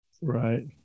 Right